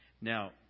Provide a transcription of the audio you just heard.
Now